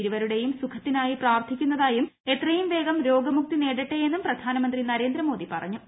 ഇരുവരുടെയും സുഖത്തിനായി പ്രാർത്ഥിക്കുന്നതായും എത്രയും വേഗം രോഗമുക്തി നേടട്ടെയെന്നും പ്രധാനമന്ത്രി നരേന്ദ്രമോദി പറഞ്ഞു